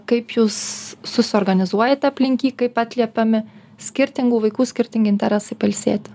kaip jūs susiorganizuojate aplink jį kaip atliepiami skirtingų vaikų skirtingi interesai pailsėti